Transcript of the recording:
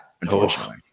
unfortunately